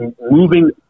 moving